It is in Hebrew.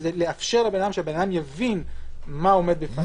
שבן אדם יבין מה עומד בפניו,